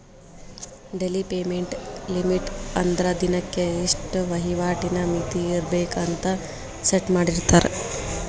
daily payment limit ಅಂದ್ರ ದಿನಕ್ಕೆ ಇಷ್ಟ ವಹಿವಾಟಿನ್ ಮಿತಿ ಇರ್ಬೆಕ್ ಅಂತ ಸೆಟ್ ಮಾಡಿರ್ತಾರ